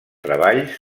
treballs